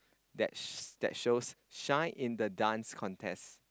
that shows that shows shine in the Dance Contest